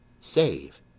save